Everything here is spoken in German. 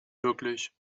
wirklich